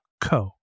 co